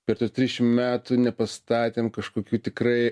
per tuos trisdešim metų nepastatėm kažkokių tikrai